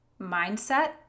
mindset